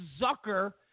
Zucker